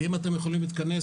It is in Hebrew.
אם אתם יכולים להתכנס,